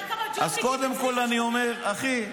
אז קודם כול, אני אומר, אחי,